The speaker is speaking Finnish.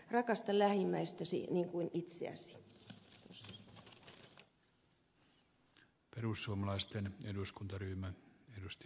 rakasta lähimmäistäsi niin kuin itseäsi